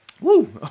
Woo